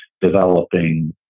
developing